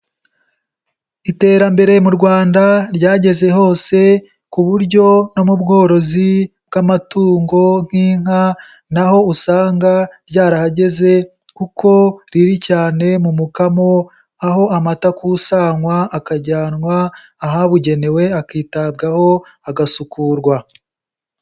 Iterambere mu Rwanda ryageze hose ku buryo no mu bworozi bw'amatungo nk'inka na ho usanga ryarahageze kuko riri cyane mu mukamo, aho amata akusanywa akajyanwa ahabugenewe akitabwaho agasukurwa.